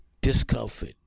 discomfort